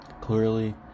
Clearly